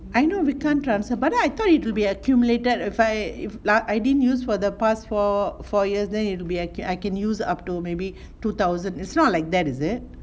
I know we can't transfer but then I thought it would be accumulated if I like I didn't use for the past four four years then it'll be ac~ I can use up to maybe two thousand is not like that is it